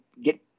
get